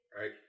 right